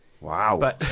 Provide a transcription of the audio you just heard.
Wow